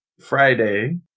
Friday